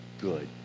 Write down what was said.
good